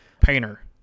Painter